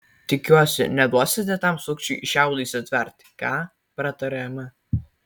tikiuosi neduosite tam sukčiui šiaudo įsitverti ką pratarė ema